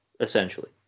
essentially